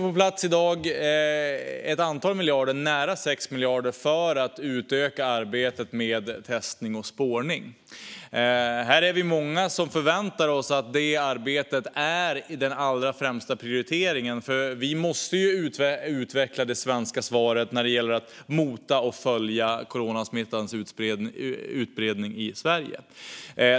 I dag lägger vi också på plats nära 6 miljarder för att utöka arbetet med testning och spårning. Vi är många som förväntar oss att det arbetet är den allra främsta prioriteringen. Vi måste nämligen utveckla det svenska svaret när det gäller att mota och följa coronasmittans utbredning i Sverige.